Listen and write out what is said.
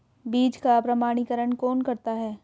बीज का प्रमाणीकरण कौन करता है?